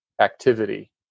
activity